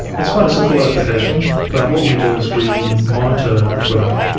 it's quite a simple application. but what we do is we monitor twitter,